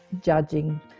judging